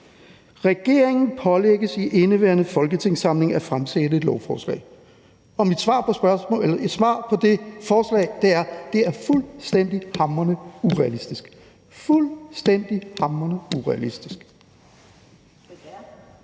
»Regeringen pålægges i indeværende folketingssamling at fremsætte et lovforslag ...«, og mit svar på det forslag er, at det er fuldstændig hamrende urealistisk – fuldstændig hamrende urealistisk.